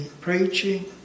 preaching